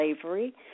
slavery